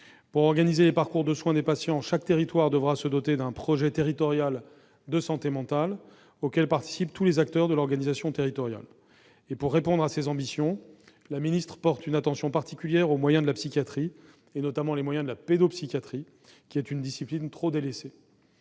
Pour organiser les parcours de soin des patients, chaque territoire devra se doter d'un projet territorial de santé mentale, auquel participeront tous les acteurs de l'organisation territoriale. Pour concrétiser ces ambitions, la ministre porte une attention particulière aux moyens de la psychiatrie, notamment de la pédopsychiatrie, qui est une discipline trop délaissée.